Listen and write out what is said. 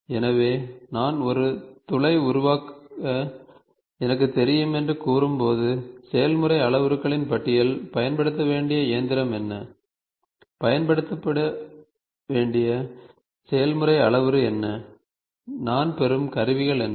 எனவே நான் ஒரு துளை உருவாக்க எனக்குத் தெரியும் என்று கூறும்போது செயல்முறை அளவுருக்களின் பட்டியல் பயன்படுத்த வேண்டிய இயந்திரம் என்ன பயன்படுத்த வேண்டிய செயல்முறை அளவுரு என்ன நான் பெறும் கருவிகள் என்ன